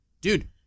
Dude